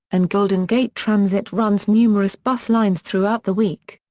and golden gate transit runs numerous bus lines throughout the week.